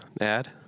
add